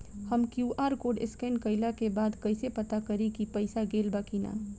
हम QR code scan कइला के बाद कइसे पता करि की पईसा गेल बा की न?